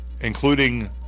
including